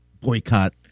boycott